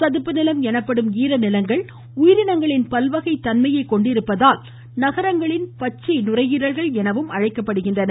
சதுப்பு நிலம் எனப்படும் ஈர நிலங்கள் உயிரினங்களின் பல்வகை தன்மையை கொண்டிருப்பதால் நகரங்களின் பச்சை நுரையீரல்கள் எனவும் அழைக்கப்படுகின்றன